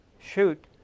shoot